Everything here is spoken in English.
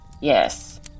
Yes